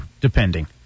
depending